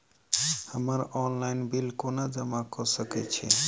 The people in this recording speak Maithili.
हम्मर ऑनलाइन बिल कोना जमा कऽ सकय छी?